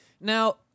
Now